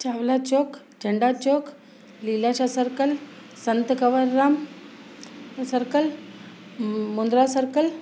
Chawla Chowk Jhanda Chowk Leelashah circle Sant Kanwar Ram circle Mundra circle